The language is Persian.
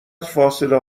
فاصله